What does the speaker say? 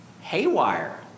haywire